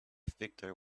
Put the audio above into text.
victor